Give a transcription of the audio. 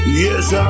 yes